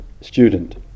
student